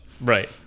Right